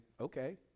okay